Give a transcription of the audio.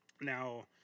Now